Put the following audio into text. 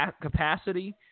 capacity